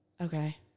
Okay